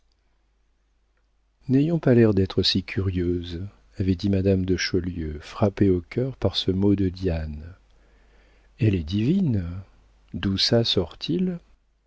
n'ayons pas l'air d'être si curieuses avait dit madame de chaulieu frappée au cœur par ce mot de diane elle est divine d'où çà sort-il